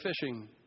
fishing